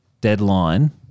deadline